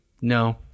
no